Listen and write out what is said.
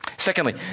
Secondly